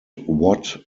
what